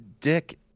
dick